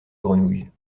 grenouilles